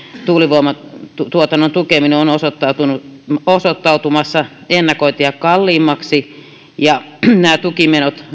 tuulivoimatuotannon tukeminen on osoittautumassa osoittautumassa ennakoitua kalliimmaksi ja nämä tukimenot